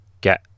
get